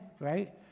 right